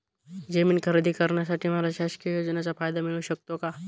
जमीन खरेदी करण्यासाठी मला शासकीय योजनेचा फायदा मिळू शकतो का?